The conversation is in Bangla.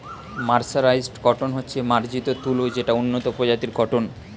মার্সারাইজড কটন হচ্ছে মার্জিত তুলো যেটা উন্নত প্রজাতির কটন